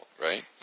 right